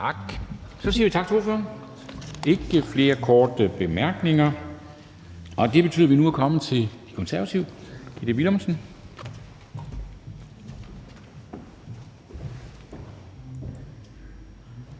Så siger vi tak til ordføreren. Der er ikke flere korte bemærkninger. Og det betyder, at vi nu er kommet til De Konservative.